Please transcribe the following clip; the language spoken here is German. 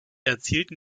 erzielten